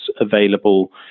available